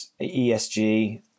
ESG